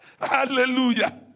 Hallelujah